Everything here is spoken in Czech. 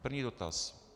První dotaz.